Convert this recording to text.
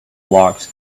logs